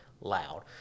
loud